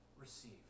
receive